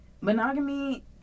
monogamy